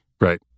Right